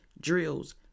drills